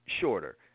shorter